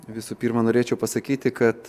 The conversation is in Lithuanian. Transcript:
visų pirma norėčiau pasakyti kad